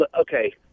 okay